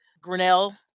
Grinnell